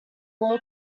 law